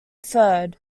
third